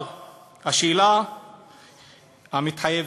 אבל השאלה המתחייבת,